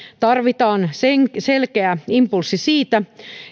tarvitaan selkeä impulssi siitä